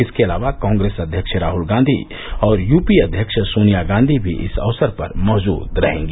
इसके अलावा कांग्रेस अध्यक्ष राहुल गांधी और यू पी ए अध्यक्ष सोनिया गांधी भी इस अवसर पर मौजूद रहेंगी